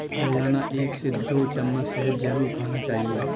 रोजाना एक से दो चम्मच शहद जरुर खाना चाहिए